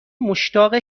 مشتاق